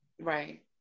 right